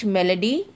Melody